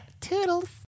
Toodles